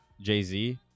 Jay-Z